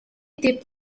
était